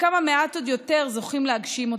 וכמה מעט עוד יותר זוכים להגשים אותו,